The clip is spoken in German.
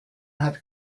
hat